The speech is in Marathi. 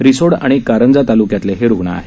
रिसोड आणि कारंजा ताल्क्यातले हे रुग्ण आहेत